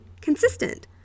consistent